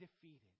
defeated